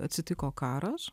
atsitiko karas